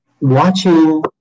watching